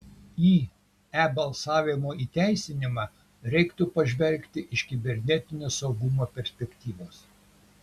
į e balsavimo įteisinimą reiktų pažvelgti iš kibernetinio saugumo perspektyvos